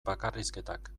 bakarrizketak